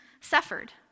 suffered